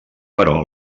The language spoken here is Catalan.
però